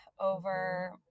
over